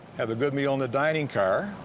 have a good meal in the dining car,